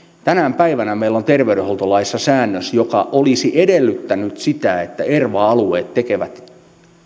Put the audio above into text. tänä päivänä meillä on terveydenhuoltolaissa säännös joka olisi edellyttänyt sitä että erva alueet tekevät